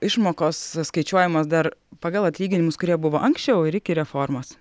išmokos skaičiuojamos dar pagal atlyginimus kurie buvo anksčiau ir iki reformos